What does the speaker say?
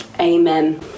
Amen